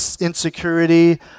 insecurity